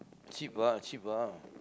cheap ah cheap ah